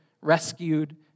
rescued